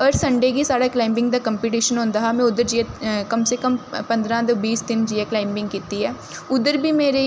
होर संडे गी साढ़ा क्लाइंबिंग दा कंपीटीशन होंदा हा में उद्धर जाइयै कम से कम पंदरां तो बीस दिन जाइयै क्लाइंबिंग कीती ऐ उद्धर बी मेरे